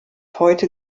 heute